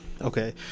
Okay